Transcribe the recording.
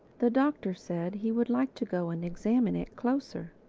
the doctor said he would like to go and examine it closer.